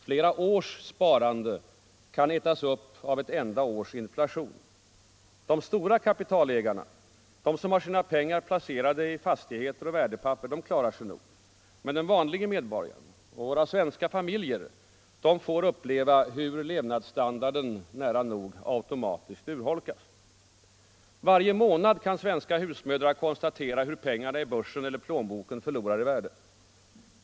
Flera års sparande kan ätas upp av ett enda års inflation. De stora kapitalägarna, som har sina pengar placerade i fastigheter och värdepapper, de klarar sig nog. Men den vanlige medborgaren — våra svenska familjer — upplever hur levnadsstandarden nära nog automatiskt urholkas. Varje månad kan svenska husmödrar konstatera hur pengarna i börsen eller plånboken förlorar i värde.